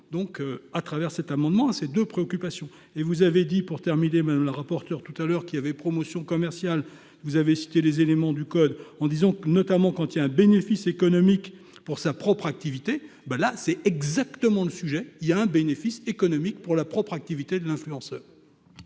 donc à travers cet amendement à ces 2 préoccupations et vous avez dit pour terminer madame la rapporteure tout à l'heure qui avait promotion commerciale. Vous avez cité les éléments du code en disons que notamment quand il y a un bénéfice économique pour sa propre activité. Ben là c'est exactement le sujet il y a un bénéfice économique pour la propre activité de l'influence.